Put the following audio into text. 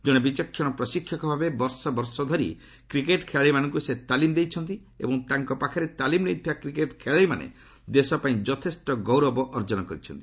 ଜଣେ ବିଚକ୍ଷଣ ପ୍ରଶିକ୍ଷକ ଭାବେ ବର୍ଷ ବର୍ଷ ଧରି କ୍ରିକେଟ୍ କେଳାଳିମାନଙ୍କୁ ସେ ତାଲିମ୍ ଦେଇଛନ୍ତି ଏବଂ ତାଙ୍କ ପାଖରେ ତାଲିମ୍ ନେଇଥିବା କ୍ରିକେଟ୍ ଖେଳାଳିମାନେ ଦେଶପାଇଁ ଯଥେଷ୍ଟ ଗୌରବ ଅର୍ଜନ କରିଛନ୍ତି